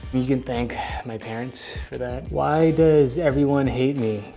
you can thank my parents for that. why does everyone hate me?